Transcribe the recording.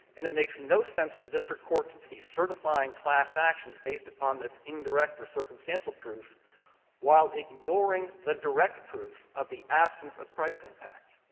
and it makes no sense for district courts to be certifying class actions based upon this indirect or circumstantial proof while ignoring the direct proof of the absence of price impact.